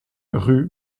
rue